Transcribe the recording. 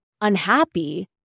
unhappy